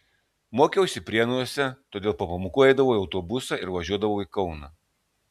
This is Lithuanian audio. mokiausi prienuose todėl po pamokų eidavau į autobusą ir važiuodavau į kauną